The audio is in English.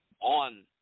on